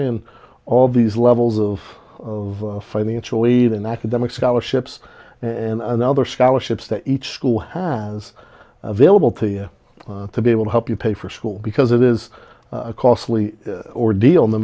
in all these levels of financially than academic scholarships and other scholarships that each school has available to you to be able to help you pay for school because it is a costly ordeal no